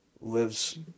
lives